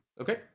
Okay